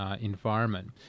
environment